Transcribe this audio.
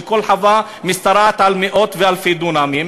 וכל חווה משתרעת על מאות ואלפי דונמים.